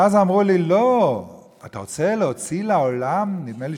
ואז אמרו לי: לא, אתה רוצה להוציא לעולם, נדמה לי